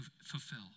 fulfill